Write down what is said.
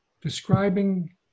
Describing